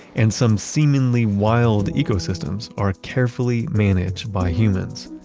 and some seemingly wild ecosystems are carefully managed by humans.